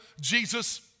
Jesus